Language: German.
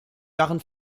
waren